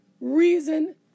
reason